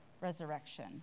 resurrection